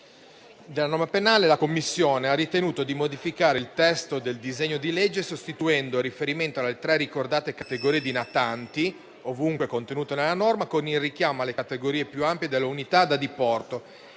della norma penale, la Commissione ha ritenuto di modificare il testo del disegno di legge, sostituendo il riferimento alle tre ricordate categorie di natanti, ovunque contenute nella norma, con il richiamo alle categorie più ampie delle unità da diporto